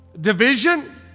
Division